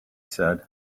said